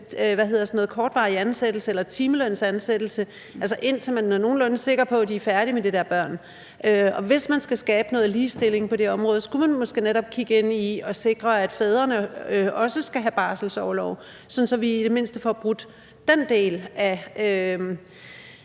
kortvarig ansættelse eller timelønsansættelse, indtil man er nogenlunde sikker på, at de er færdige med de der børn. Hvis man skal skabe noget ligestilling på det område, skulle man måske netop kigge ind i at sikre, at fædrene også skal have barselsorlov, sådan at vi i det mindste får løst den del af